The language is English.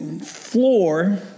floor